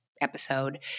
episode